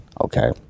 Okay